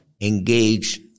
engage